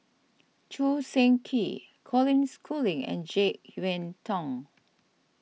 Choo Seng Quee Colin Schooling and Jek Yeun Thong